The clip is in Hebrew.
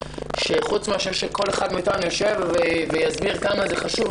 שפרט לכך שכל אחד מאיתנו יישב ויסביר כמה זה חשוב,